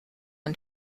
and